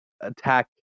attack